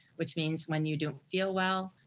which means when you don't feel well,